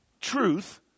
truth